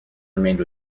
remained